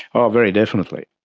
oh very definitely.